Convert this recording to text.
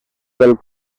del